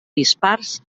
dispars